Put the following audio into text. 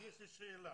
יש לי שאלה.